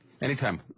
Anytime